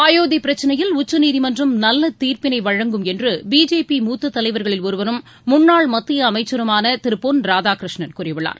அயோத்தி பிரச்னையில் உச்சநீதிமன்றம் நல்ல தீர்ப்பினை வழங்கும் என்று பிஜேபி மூத்த தலைவர்களில் ஒருவரும் முன்னாள் மத்திய அமைச்சருமான திரு பொன் ராதாகிருஷ்ணன் கூறியுள்ளார்